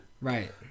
Right